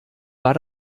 war